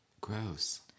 Gross